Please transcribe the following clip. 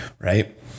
right